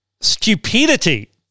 stupidity